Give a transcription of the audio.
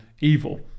evil